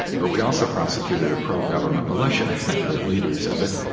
but we also prosecuted a pro-government militia the leaders of it,